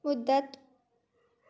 مُدّت